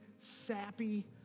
sappy